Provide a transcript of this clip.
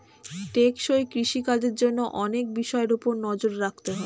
টেকসই কৃষি কাজের জন্য অনেক বিষয়ের উপর নজর রাখতে হয়